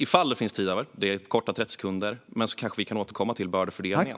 Ifall det finns tid över - 30 sekunders talartid är inte mycket - kanske vi kan återkomma till bördefördelningen.